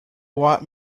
want